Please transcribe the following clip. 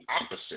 opposite